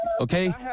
okay